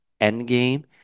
Endgame